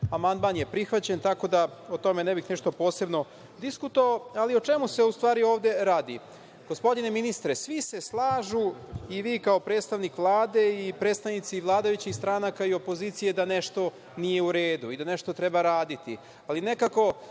Amandman je prihvaćen, tako da o tome ne bih nešto posebno diskutovao, ali o čemu se u stvari ovde radi. Gospodine ministre, svi se slažu, i vi kao predstavnik Vlade i predstavnici vladajućih stranaka i opozicije, da nešto nije u redu i da nešto treba raditi,